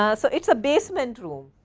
ah so, it is a basement room.